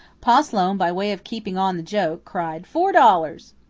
pa sloane, by way of keeping on the joke, cried, four dollars!